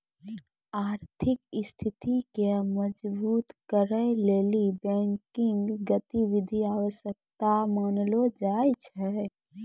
आर्थिक स्थिति के मजबुत करै लेली बैंकिंग गतिविधि आवश्यक मानलो जाय छै